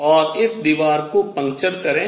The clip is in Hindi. और इस दीवार को पंचर करें